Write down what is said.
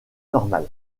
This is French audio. normale